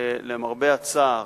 ולמרבה הצער,